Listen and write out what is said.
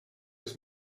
was